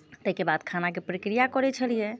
ताहिके बाद खानाके प्रक्रिया करैत छलियै